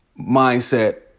mindset